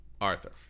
Arthur